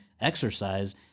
exercise